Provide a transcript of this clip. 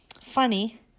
funny